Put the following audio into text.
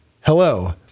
Hello